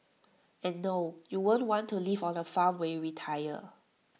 and no you won't want to live on A farm when you retire